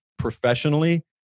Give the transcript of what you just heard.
professionally